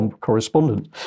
correspondent